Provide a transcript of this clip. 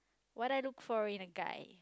what I look for in a guy